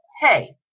hey